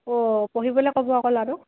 অ' পঢ়িবলে ক'ব আকৌ ল'ৰাটোক